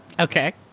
Okay